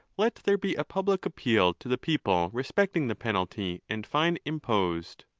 let there be a public appeal to the people respecting the penalty and fine imposed.